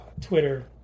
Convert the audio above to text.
Twitter